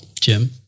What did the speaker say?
Jim